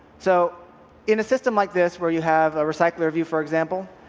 so in a system like this where you have a recycle er view, for example,